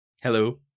Hello